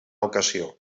ocasió